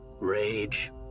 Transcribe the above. Rage